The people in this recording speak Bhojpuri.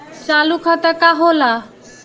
चालू खाता का होला?